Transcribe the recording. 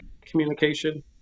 communication